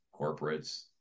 corporates